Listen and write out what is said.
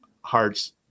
hearts